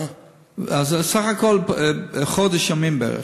אז בסך הכול חודש ימים בערך.